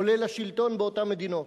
עולה לשלטון באותן מדינות.